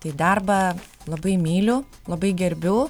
tai darbą labai myliu labai gerbiu